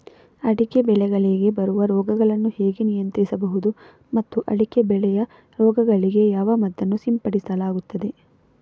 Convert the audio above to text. ಅಡಿಕೆ ಬೆಳೆಗಳಿಗೆ ಬರುವ ರೋಗಗಳನ್ನು ಹೇಗೆ ನಿಯಂತ್ರಿಸಬಹುದು ಮತ್ತು ಅಡಿಕೆ ಬೆಳೆಯ ರೋಗಗಳಿಗೆ ಯಾವ ಮದ್ದನ್ನು ಸಿಂಪಡಿಸಲಾಗುತ್ತದೆ?